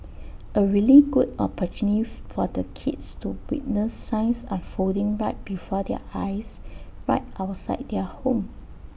A really good opportunity for the kids to witness science unfolding right before their eyes right outside their home